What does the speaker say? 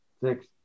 six